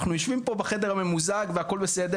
אנחנו יושבים פה בחדר הממוזג והכול בסדר